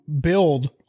build